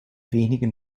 wenigen